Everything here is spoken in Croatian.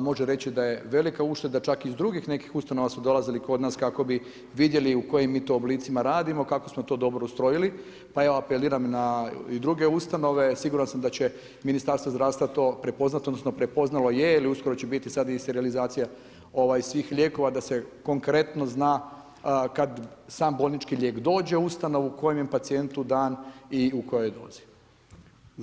može reći da je velika ušteda, čak iz drugih nekih ustanova su dolazili kod nas kako bi vidjeli u kojem mi to oblicima radimo, kako smo to dobro ustrojili pa ja apeliram na druge ustanove, siguran sam da će Ministarstvo zdravstva to prepoznati odnosno prepoznalo i uskoro će biti sad i sterilizacija svih lijekova da se konkretno zna kad sam bolnički lijek dođe u ustanovu, kojem je pacijentu dan i u kojoj dozi.